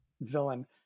villain